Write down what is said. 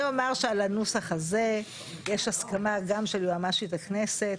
אני אומר שעל הנוסח הזה יש הסכמה גם של יועמ"שית הכנסת,